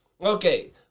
Okay